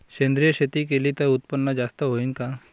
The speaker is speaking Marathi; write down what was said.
सेंद्रिय शेती केली त उत्पन्न जास्त होईन का?